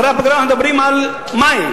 אחרי הפגרה אנחנו מדברים על מאי,